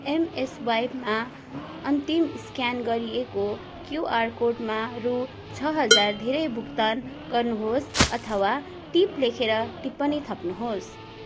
एमस्वाइपमा अन्तिम स्क्यान गरिएको क्युआर कोडमा रु छ हजार धेरै भुक्तान गर्नुहोस् अथवा टिप लेखेर टिप्पणी थप्नुहोस्